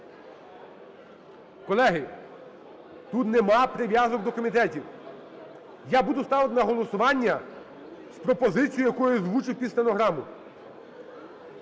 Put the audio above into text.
Колеги, тут нема прив'язок до комітетів. Я буду ставити на голосування з пропозицією, яку я озвучив під стенограму.